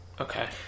Okay